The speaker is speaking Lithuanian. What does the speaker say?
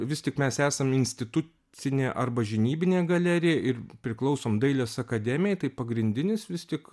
vis tik mes esam institucinė arba žinybinė galerija ir priklausom dailės akademijai tai pagrindinis vis tik